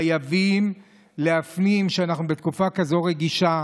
חייבים להפנים שאנחנו בתקופה כזו רגישה.